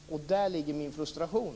Där ligger min frustration.